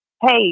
hey